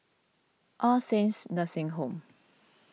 All Saints Nursing Home